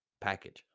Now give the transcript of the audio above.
package